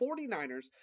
49ers